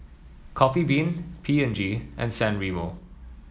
Coffee Bean P and G and San Remo